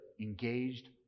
engaged